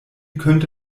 könnte